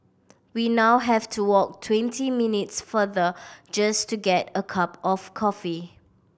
we now have to walk twenty minutes farther just to get a cup of coffee